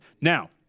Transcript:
Now